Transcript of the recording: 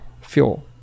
fuel